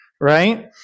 right